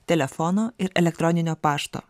telefono ir elektroninio pašto